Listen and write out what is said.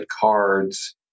cards